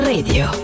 Radio